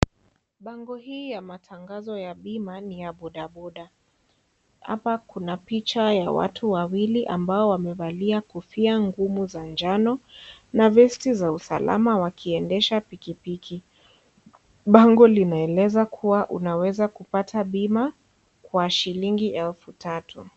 Bango hii ya matangazo ya bima ni ya bodaboda, hapa kuna picha ya watu wawili ambao wamevalia kofia ngumu za njano na vesti za usalama wakiendesha pikipiki, bango linaeleza kuwa unaweza kupata bima kwa shilingi elfu tatu.